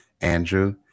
Andrew